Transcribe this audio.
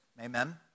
Amen